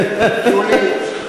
יולי,